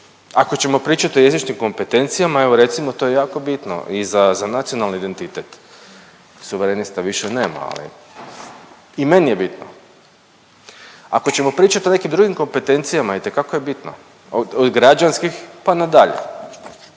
ako ćemo pričati o izvršnim kompetencijama evo recimo to je jako bitno i za, za nacionalni identitet, suverenista više nema, ali i meni je bitno. Ako ćemo pričat o nekim drugim kompetencijama itekako je bitno, od građanskih, pa nadalje.